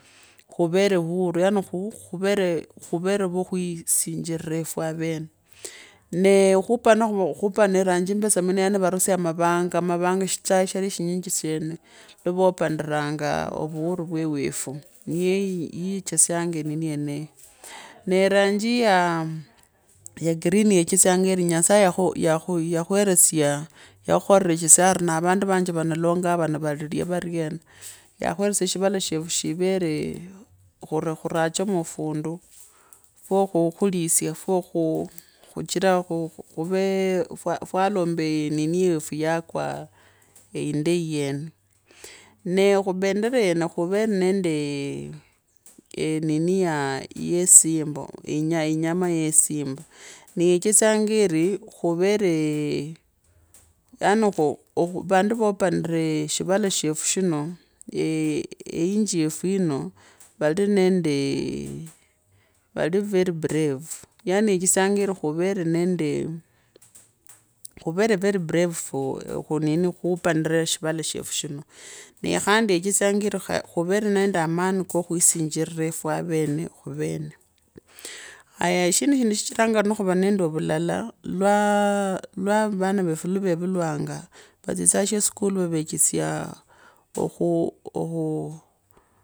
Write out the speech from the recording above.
Khuvere huru, yaani khuvere vyo khwisinjira yifwe avene nee kupona khuva nende rangi imbesamu yechesyanga vari khupona vanisya mavonga, mavonga shichae shari shinyiji shene lwa vopamiranga ovuuhuria vwe refu nayo yechisonga nini yeneyo nee vonji yaa green yechesyanga ini nyasaye yakhwenesya yakhukhora shira ori ne vandu vanje langaa vana navalilya variena yakhweresya shivala shafu shiveree khuni khuracheruu fundu fwa khulisya fwekhuchira khuve fwalomba nini yefu yakwa eindei yene nee khubendera yene khuvere nendee nini ye simba inyama yesimba nii yechesyanga ire khurevee yaani vandi vopanuria shivala shefu shino eei nchi yefu yino vali nondee vali very brave yaani yechasyanga iri khuveri nendee yaani kuvere very very brave mu khuponara shivala shefu shino nee khandi yee chesyanga iri khuvare nende amani kakhwsinjira efwe avene khuvane haya shindu shichiranga nikhuvanende ovulala lwa lwavana vefu lwa vevulwanga vatsitsa sheskala wavetsaa okhu okhwu.